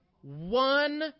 one